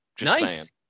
Nice